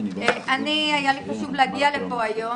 היה לי חשוב להגיע לפה היום.